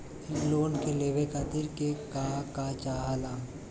इ लोन के लेवे खातीर के का का चाहा ला?